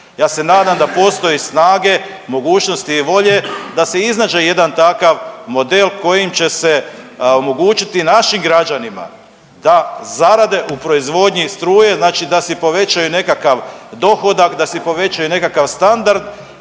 Ja se nadam da postoji snage, mogućnosti i volje da se iznađe jedan takav model kojim će se omogućiti našim građanima da zarade u proizvodnji struje, znači da si povećaju nekakav dohodak, da si povećaju nekakav standard